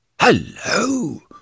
Hello